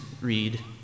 read